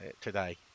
today